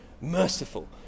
merciful